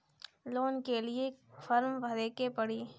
Loan के लिए form भरे के पड़ी?